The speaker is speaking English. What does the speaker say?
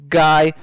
guy